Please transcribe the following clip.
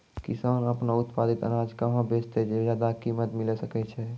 किसान आपनो उत्पादित अनाज कहाँ बेचतै जे ज्यादा कीमत मिलैल सकै छै?